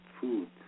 food